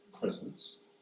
presence